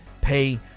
pay